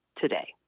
today